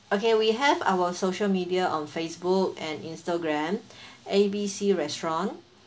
okay we have our social media on Facebook and Instagram A B C restaurant